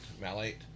malate